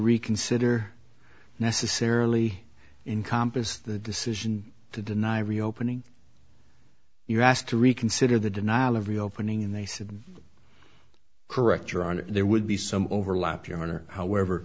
reconsider necessarily in compas the decision to deny reopening you're asked to reconsider the denial of reopening and they said correct your honor there would be some overlap your honor however